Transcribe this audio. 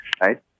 right